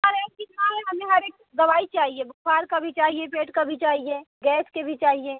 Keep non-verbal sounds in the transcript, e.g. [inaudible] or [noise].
[unintelligible] दवाई चाहिए बुखार की भी चाहिए पेट की भी चाहिए गैस की भी चाहिए